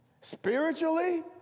spiritually